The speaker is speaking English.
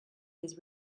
his